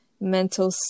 mental